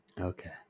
Okay